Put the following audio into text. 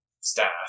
staff